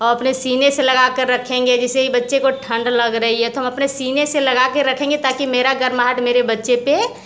अपने सीने से लगा कर रखेंगे जिसे ही बच्चे को ठंड लग रही है तो अपने सीने से लगा कर रखेंगे ताकि मेरा गर्माहट मेरे बच्चे पर